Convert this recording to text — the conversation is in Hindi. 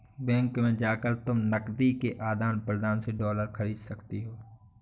बैंक में जाकर तुम नकदी के आदान प्रदान से डॉलर खरीद सकती हो